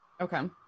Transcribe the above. Okay